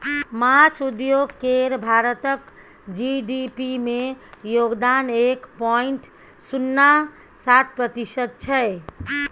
माछ उद्योग केर भारतक जी.डी.पी मे योगदान एक पॉइंट शुन्ना सात प्रतिशत छै